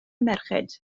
merched